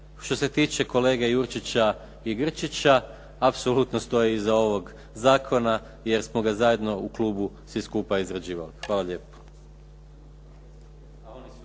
što se tiče kolege Jurčića i Grčića aposolutno stoji iza ovog zakona, jer smo ga zajedno u klubu svi skupa izrađivali. Hvala lijepo.